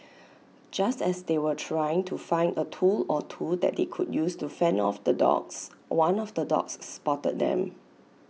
just as they were trying to find A tool or two that they could use to fend off the dogs one of the dogs spotted them